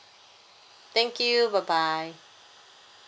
thank you bye bye